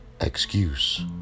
excuse